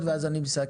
בצפון,